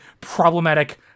problematic